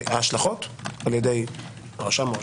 ההשלכות על ידי הרשם.